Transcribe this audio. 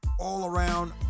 all-around